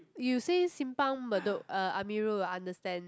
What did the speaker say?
you say Simpang-Bedok uh Amirul will understand